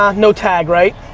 um no tag right?